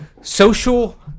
social